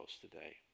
today